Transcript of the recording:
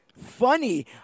funny